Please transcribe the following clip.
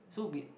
so we